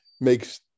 makes